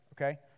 okay